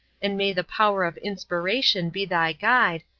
and may the power of inspiration be thy guide,